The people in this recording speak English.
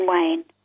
Wayne